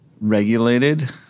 regulated